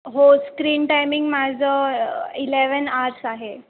हो screen timing माझं eleven hours आहे